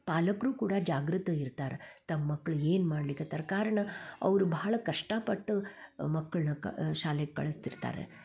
ಪಾಲಕರು ಕೂಡ ಜಾಗೃತ ಇರ್ತಾರ ತಮ್ಮ ಮಕ್ಕಳು ಏನು ಮಾಡ್ಲಿಕತ್ತಾರೆ ಕಾರಣ ಅವರು ಬಹಳ ಕಷ್ಟಪಟ್ಟು ಮಕ್ಕಳನ್ನ ಕ ಶಾಲೆಗೆ ಕಳಿಸ್ತಿರ್ತಾರೆ